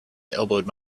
elbowed